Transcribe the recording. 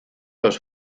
los